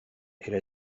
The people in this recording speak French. elle